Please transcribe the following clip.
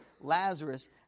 Lazarus